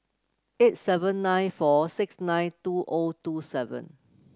eight seven nine four six nine two O two seven